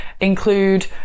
include